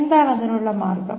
എന്താണ് അതിനുള്ള മാർഗം